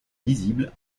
visible